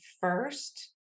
first